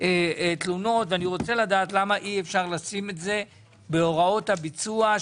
אני פותח את ישיבת ועדת הכספים.